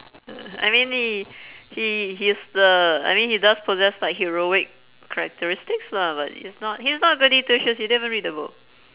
uh I mean he he he's the I mean he does possess like heroic characteristics lah but it's not he's not goody two shoes you didn't even read the book